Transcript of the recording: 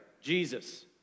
Jesus